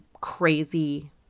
crazy